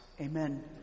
amen